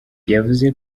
yavuze